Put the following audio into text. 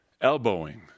elbowing